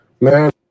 Man